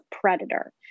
predator